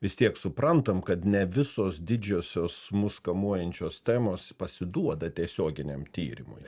vis tiek suprantam kad ne visos didžiosios mus kamuojančios temos pasiduoda tiesioginiam tyrimui